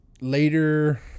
later